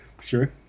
sure